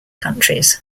countries